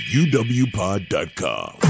uwpod.com